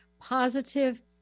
positive